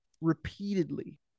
repeatedly